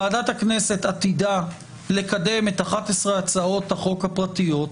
ועדת הכנסת עתידה לקדם את 11 הצעות החוק הפרטיות,